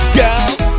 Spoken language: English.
girls